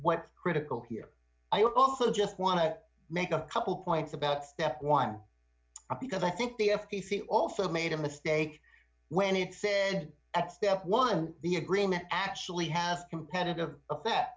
what critical here i also just want to make a couple points about step one because i think the f t c also made a mistake when it said at step one the agreement actually have competitive that